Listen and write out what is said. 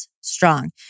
strong